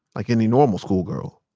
like any normal schoolgirl.